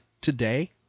today